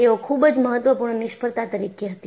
તેઓ ખૂબ જ મહત્વપૂર્ણ નિષ્ફળતા તરીકે હતી